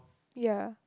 ya